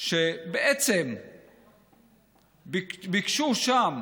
שבעצם ביקשו גם שם,